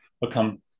become